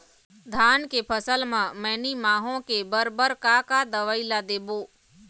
धान के फसल म मैनी माहो के बर बर का का दवई ला देबो?